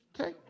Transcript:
Okay